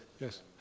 Yes